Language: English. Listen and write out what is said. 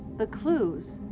the clues,